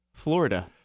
Florida